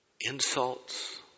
Insults